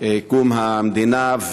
קום המדינה,